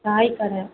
காய் கடை